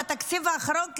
בתקציב האחרון,